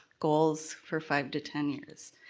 goals for five to ten years,